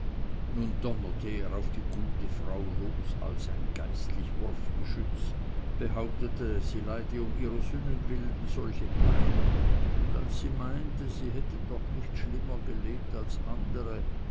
nun donnerte er auf die gute frau los all sein geistlich wurfgeschütz behauptete sie leide um ihrer sünden willen solche pein und als sie meinte sie hätte doch nicht schlimmer gelebt als andere